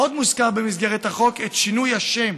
עוד מוזכר בהצעת החוק שינוי השם